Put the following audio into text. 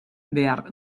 behar